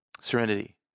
serenity